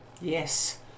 Yes